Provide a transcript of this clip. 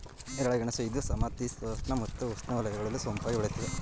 ನೇರಳೆ ಗೆಣಸು ಇದು ಸಮಶೀತೋಷ್ಣ ಮತ್ತು ಉಷ್ಣವಲಯಗಳಲ್ಲಿ ಸೊಂಪಾಗಿ ಬೆಳೆಯುತ್ತದೆ